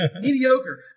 Mediocre